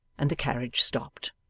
and the carriage stopped.